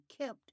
kept